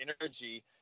energy